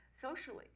socially